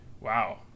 Wow